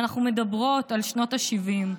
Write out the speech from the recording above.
ואנחנו מדברות על שנות השבעים.